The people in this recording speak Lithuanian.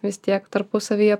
vis tiek tarpusavyje